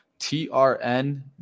trn